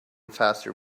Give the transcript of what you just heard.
faster